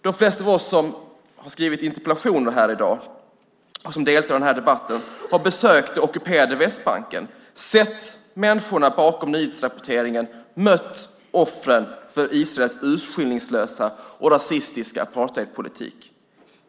De flesta av oss som har skrivit interpellationer här i dag och som deltar i den här debatten har besökt det ockuperade Västbanken, sett människorna bakom nyhetsrapporteringen och mött offren för Israels urskillningslösa och rasistiska apartheidpolitik.